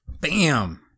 Bam